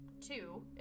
two